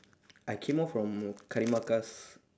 I came off from karimaka's